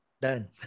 done